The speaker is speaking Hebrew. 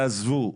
תעזבו,